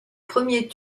premier